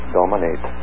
dominate